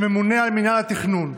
שממונה על מינהל התכנון: